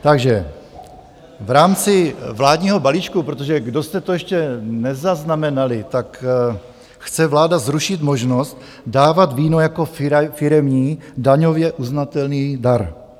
Takže v rámci vládního balíčku, protože kdo jste to ještě nezaznamenali, tak chce vláda zrušit možnost dávat víno jako firemní daňově uznatelný dar.